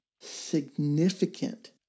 significant